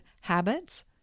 habits